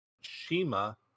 shima